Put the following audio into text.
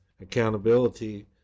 accountability